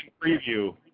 Preview